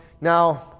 Now